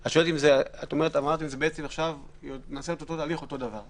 אלי אבידר, את אומרת שנעשה אותו תהליך ואותו דבר.